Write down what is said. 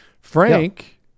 Frank